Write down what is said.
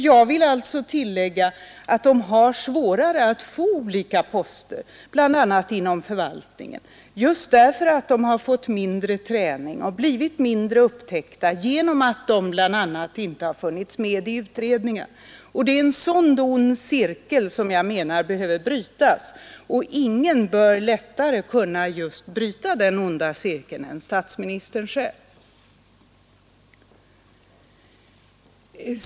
Jag vill tillägga att de har det svårare att få olika poster bl.a. inom förvaltningen just därför att de har fått mindre träning och i mindre utsträckning blivit upptäckta därför att de inte funnits med i utredningar. Det är en sådan ond cirkel som jag menar behöver brytas, och ingen bör lättare kunna bryta den än just statsministern själv.